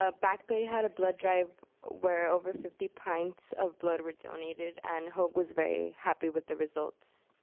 ah back bay had a blood drive where over fifty pints of blood were donated and hoag was very happy with the results.